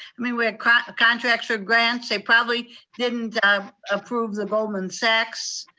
i mean, we had contracts for grants, they probably didn't approve the goldman sachs.